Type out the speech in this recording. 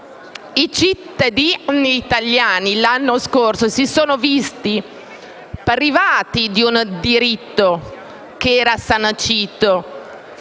I cittadini italiani l'anno scorso si sono visti privati di un diritto che era sancito